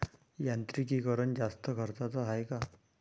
यांत्रिकीकरण जास्त खर्चाचं हाये का?